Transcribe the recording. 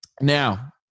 Now